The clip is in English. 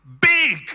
big